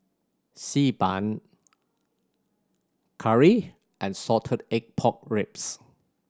Xi Ban curry and salted egg pork ribs